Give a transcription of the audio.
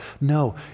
no